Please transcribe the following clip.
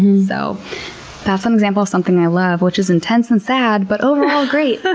so that's an example of something i love, which is intense and sad, but overall great.